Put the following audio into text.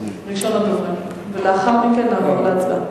ראשון הדוברים, ולאחר מכן נעבור להצבעה.